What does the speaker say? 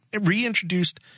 reintroduced